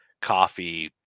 coffee